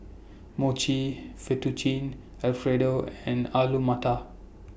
Mochi Fettuccine Alfredo and Alu Matar